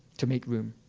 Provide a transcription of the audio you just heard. to make room?